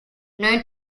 learn